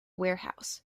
warehouse